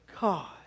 God